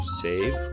save